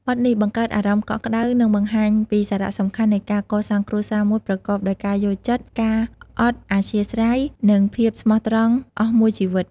បទនេះបង្កើតអារម្មណ៍កក់ក្តៅ និងបង្ហាញពីសារៈសំខាន់នៃការកសាងគ្រួសារមួយប្រកបដោយការយល់ចិត្ត ការអត់អធ្យាស្រ័យ និងភាពស្មោះត្រង់អស់មួយជីវិត។